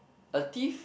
a thief